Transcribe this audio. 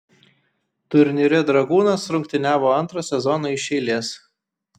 turnyre dragūnas rungtyniavo antrą sezoną iš eilės